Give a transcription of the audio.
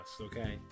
okay